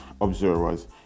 observers